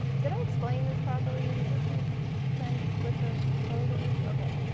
did i explain this properly? does this make sense with the photos? ok.